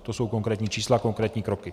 To jsou konkrétní čísla, konkrétní kroky.